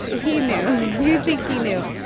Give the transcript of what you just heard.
he knew. you think he knew